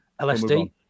LSD